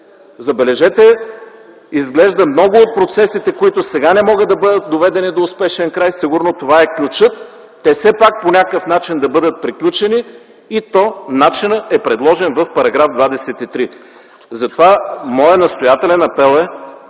Забележете, изглежда много от процесите, които сега не могат да бъдат доведени до успешен край, сигурно това е ключът те все пак по някакъв начин да бъдат приключени и то начинът е предложен в § 23. Затова моят настоятелен апел е